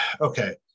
okay